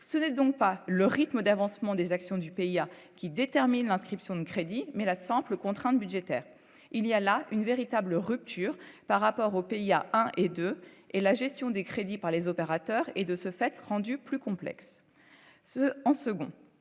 ce n'est donc pas le rythme d'avancement des actions du pays a qui détermine l'inscription de crédit mais la simple contrainte budgétaire, il y a là une véritable rupture par rapport aux pays a un et 2, et la gestion des crédits par les opérateurs et de ce fait, rendu plus complexe ce en second